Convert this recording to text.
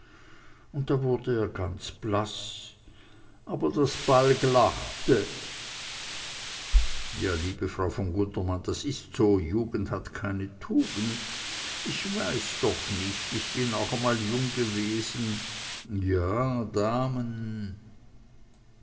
und da wurde er ganz blaß aber das balg lachte ja liebe frau von gundermann das ist so jugend hat keine tugend ich weiß doch nicht ich bin auch einmal jung gewesen ja damen